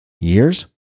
years